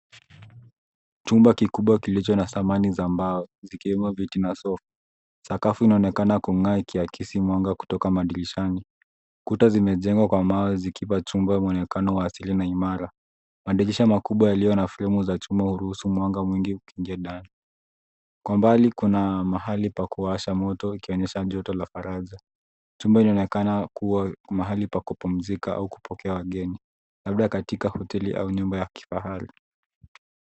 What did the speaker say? Chumba kikubwa kilicho na samani za mbao zikiwemo viti na sofa. Sakafu inaonekana kung'aa ikiakisi mwanga kutoka madirishani. Kuta zimejengwa kwa mawe zikipa chumba mwonekano wa asili na imara. Madirisha makubwa na fremu za chuma huruhusu mwanga mwingi kuingia ndani. Kwa mbali kuna mahali pa kuwasha moto ikionyesha joto la faraja. Chumba inaonekana kuwa mahali pa kupumzika au kupokea wageni. Labda katika hoteli au nyumba ya kifahari.